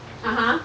(uh huh)